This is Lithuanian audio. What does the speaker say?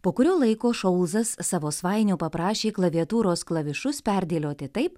po kurio laiko šolzas savo svainio paprašė klaviatūros klavišus perdėlioti taip